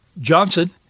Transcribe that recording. Johnson